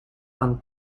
and